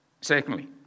Secondly